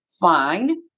fine